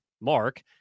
Mark